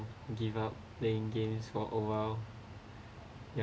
give up playing games for a while